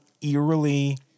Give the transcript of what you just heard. eerily